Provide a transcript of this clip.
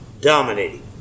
dominating